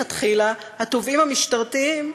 שמלכתחילה התובעים המשטרתיים,